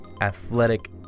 athletic